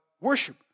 worship